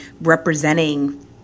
representing